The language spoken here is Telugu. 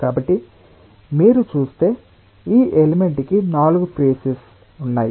కాబట్టి మీరు చూస్తే ఈ ఎలిమెంట్ కి నాలుగు ఫేసెస్ ఉన్నాయి